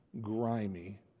grimy